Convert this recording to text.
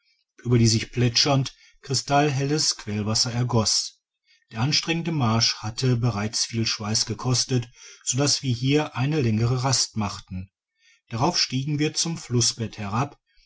über die sich plätschernd krystallhelles quellwasser ergoss der anstrengende marsch hatte bereits viel schweiss gekostet sodass wir hier eine längere rast machten darauf stiegen wir zum flussbett herab